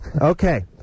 Okay